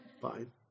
Fine